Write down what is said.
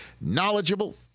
knowledgeable